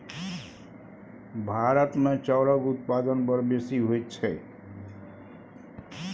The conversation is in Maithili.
भारतमे चाउरक उत्पादन बड़ बेसी होइत छै